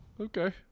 okay